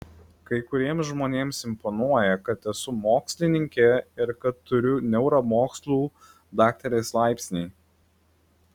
kai kuriems žmonėms imponuoja kad esu mokslininkė ir kad turiu neuromokslų daktarės laipsnį